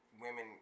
women